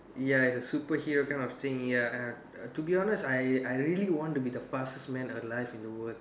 ya it's a superhero kind of thing ya uh to be honest I I really want to be the fastest man alive in the world